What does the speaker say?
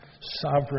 sovereign